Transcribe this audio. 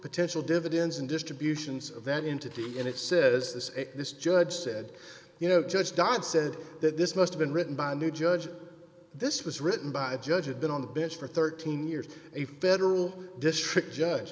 potential dividends and distributions of that into d and it says this judge said you know judge died said that this must have been written by a new judge this was written by a judge had been on the bench for thirteen years a federal district judge